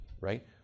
Right